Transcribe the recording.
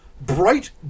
Bright